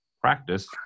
practice